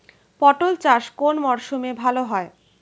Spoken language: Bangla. পটল চাষ কোন মরশুমে ভাল হয়?